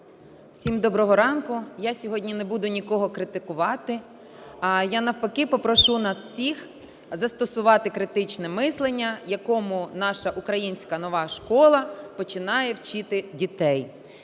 Всім доброго ранку! Я сьогодні не буду нікого критикувати. Я навпаки попрошу нас всіх застосувати критичне мислення, якому наша українська нова школа починає вчити дітей.